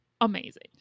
amazing